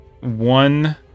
one